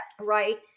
Right